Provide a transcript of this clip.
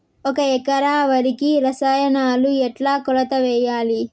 ఒక ఎకరా వరికి రసాయనాలు ఎట్లా కొలత వేయాలి?